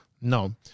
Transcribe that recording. no